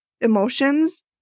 emotions